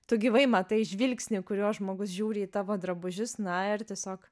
tu gyvai matai žvilgsnį kuriuo žmogus žiūri į tavo drabužius na ir tiesiog